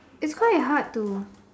it's quite hard to